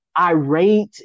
irate